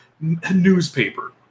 newspaper